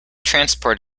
transport